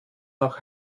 nach